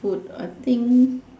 food I think